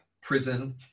prison